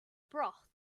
broth